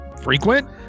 frequent